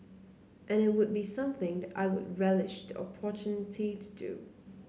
and it would be something that I would relish the opportunity to do